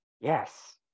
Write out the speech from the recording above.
yes